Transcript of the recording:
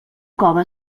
cove